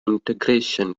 integration